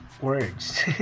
words